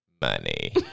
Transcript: money